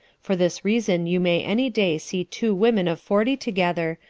for this reason you may any day see two women of forty together,